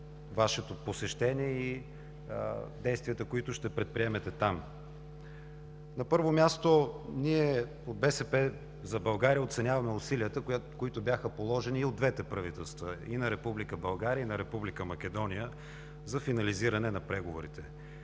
Вашето посещение и действията, които ще предприемете там. На първо място, ние от „БСП за България“ оценяваме усилията, които бяха положени и от двете правителства, и на Република България, и на Република Македония за финализиране на преговорите.